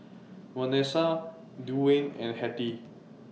Vanesa Duwayne and Hettie